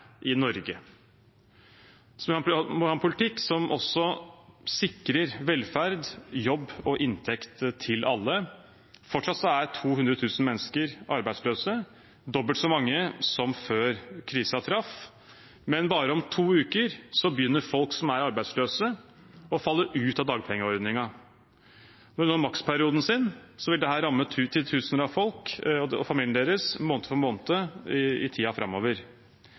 i Norge. Vi må ha en politikk som også sikrer velferd, jobb og inntekt til alle. Fortsatt er 200 000 mennesker arbeidsløse, dobbelt så mange som før krisen traff, men bare om to uker begynner folk som er arbeidsløse, å falle ut av dagpengeordningen. Når de når maksperioden, vil dette ramme titusener av folk og familiene deres måned for måned i tiden framover. 17 000 arbeidsledige har mottatt dagpenger i